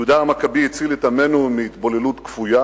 יהודה המכבי הציל את עמנו מהתבוללות כפויה,